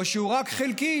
או שהוא רק חלקי,